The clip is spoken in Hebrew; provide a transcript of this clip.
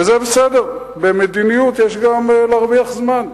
וזה בסדר, במדיניות יש גם להרוויח זמן.